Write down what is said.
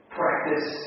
practice